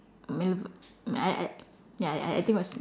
Malve~ I I ya I I think was